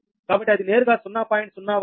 కాబట్టి అది నేరుగా 0